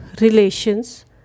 relations